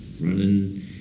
running